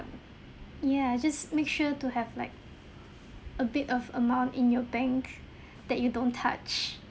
ya just make sure to have like a bit of amount in your bank that you don't touch